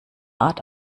art